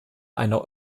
einer